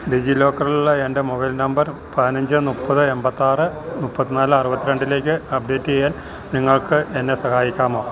ഡിജി ലോക്കറിലുള്ള എൻ്റെ mobile number പതിനഞ്ച് മുപ്പത് എമ്പത്താറ് മുപ്പത്തിനാല് അറുപത്തിരണ്ടിലേക്ക് അപ്ഡേറ്റ് ചെയ്യാൻ നിങ്ങൾക്ക് എന്നെ സഹായിക്കാമോ